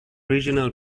regional